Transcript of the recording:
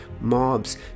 mobs